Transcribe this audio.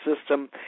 system